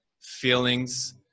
feelings